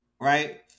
right